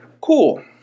Cool